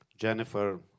Jennifer